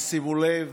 תשימו לב,